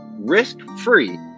risk-free